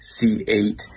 C8